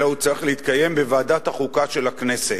אלא בוועדת החוקה של הכנסת.